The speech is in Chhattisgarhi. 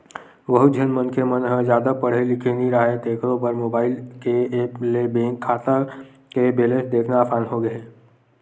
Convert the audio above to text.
बहुत झन मनखे मन ह जादा पड़हे लिखे नइ राहय तेखरो बर मोबईल के ऐप ले बेंक खाता के बेलेंस देखना असान होगे हे